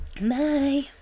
Bye